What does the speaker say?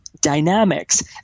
dynamics